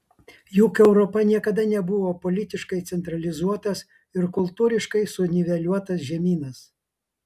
juk europa niekada nebuvo politiškai centralizuotas ir kultūriškai suniveliuotas žemynas